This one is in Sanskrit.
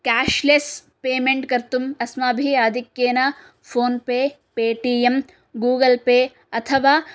केश्लेस् पेमेण्ट् कर्तुम् अस्माभिः आधिक्येन फ़ोन्पे पेटीयम् गूगल्पे अथवा